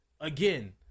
again